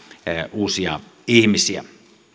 uusia ihmisiä